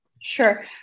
Sure